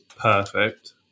perfect